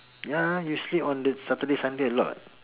ya you sleep on the Saturday Sunday a lot [what]